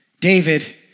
David